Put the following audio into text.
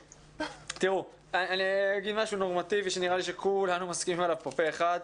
אני אומר משהו נורמטיבי שנראה לי שכולנו מסכימים עליו פה אחד.